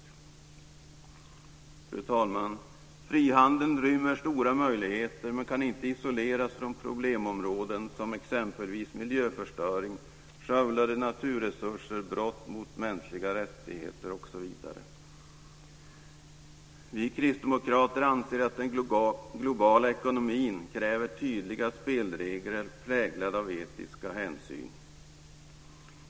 Fru talman! Frihandeln rymmer stora möjligheter men kan inte isoleras från problemområden såsom miljöförstöring, skövlade naturresurser, brott mot mänskliga rättigheter, osv. Vi kristdemokrater anser att den globala ekonomin kräver tydliga spelregler präglade av etiska hänsyn.